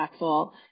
impactful